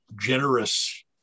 generous